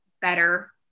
better